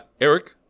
Eric